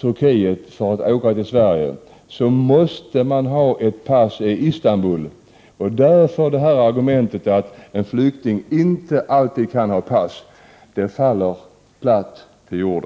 Turkiet för att åka till Sverige, måste han kunna uppvisa ett pass i Istanbul. Därför faller detta argument om att en flykting inte alltid kan ha ett pass platt till marken.